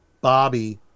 Bobby